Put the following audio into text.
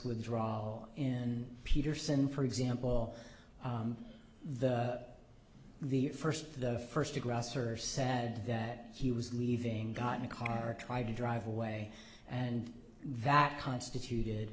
withdraw in peterson for example the the first the first aggressor said that he was leaving got in a car tried to drive away and that constituted